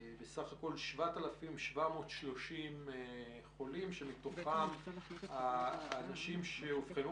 בסך הכול 7,730 חולים שמתוכם אנשים שאובחנו